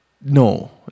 no